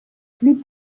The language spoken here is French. plus